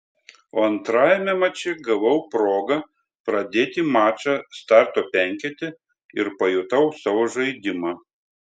o antrajame mače gavau progą pradėti mačą starto penkete ir pajutau savo žaidimą